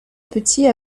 petit